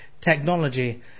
technology